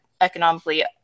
economically